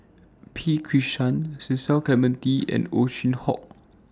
P Krishnan Cecil Clementi and Ow Chin Hock